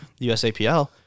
USAPL